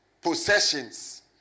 possessions